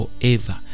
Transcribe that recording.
forever